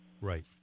Right